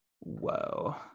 Whoa